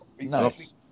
Nice